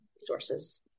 sources